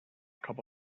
cup